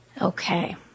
Okay